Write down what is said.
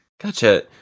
Gotcha